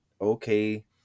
okay